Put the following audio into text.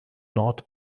nord